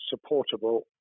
supportable